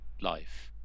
life